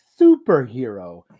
superhero